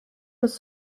was